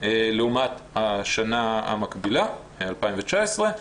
לעומת השנה המקבילה ,2019,